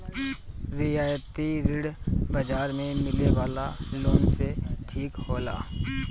रियायती ऋण बाजार से मिले वाला लोन से ठीक होला